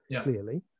clearly